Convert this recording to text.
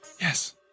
Yes